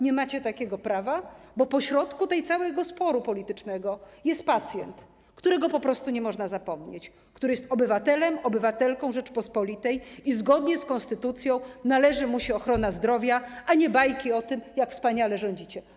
Nie macie takiego prawa, bo pośrodku tego całego sporu politycznego jest pacjent, o którym po prostu nie można zapomnieć, który jest obywatelem, obywatelką Rzeczypospolitej i któremu zgodnie z konstytucją należy się ochrona zdrowia zamiast bajek o tym, jak wspaniale rządzicie.